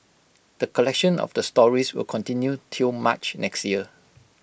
the collection of the stories will continue till March next year